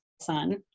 sun